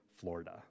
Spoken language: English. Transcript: Florida